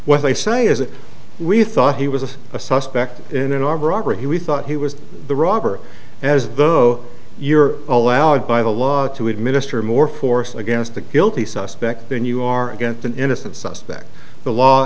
what they say is that we thought he was a suspect in an armed robbery he thought he was the robber as though you're allowed by the law to administer more force against the guilty suspect than you are against an innocent suspect the law